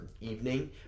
evening